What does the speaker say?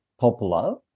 popular